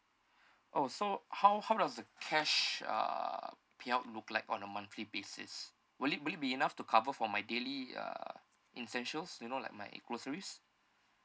oh so how how does the cash uh payout look like on a monthly basis will it will it be enough to cover for my daily uh essentials you know like my groceries